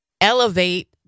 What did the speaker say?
elevate